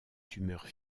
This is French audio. tumeurs